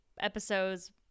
episodes